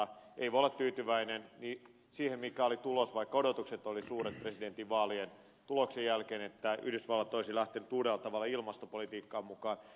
ei voi olla tyytyväinen siihen mikä oli tulos vaikka odotukset olivat suuret presidentinvaalien tuloksen jälkeen että yhdysvallat olisi lähtenyt uudella tavalla ilmastopolitiikkaan mukaan